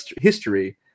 history